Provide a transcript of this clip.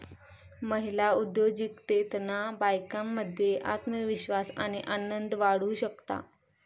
महिला उद्योजिकतेतना बायकांमध्ये आत्मविश्वास आणि आनंद वाढू शकता